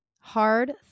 hard